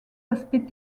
aspects